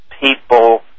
people